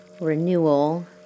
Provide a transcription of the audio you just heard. renewal